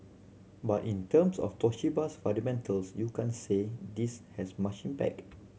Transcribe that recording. but in terms of Toshiba's fundamentals you can't say this has much impact